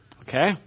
Okay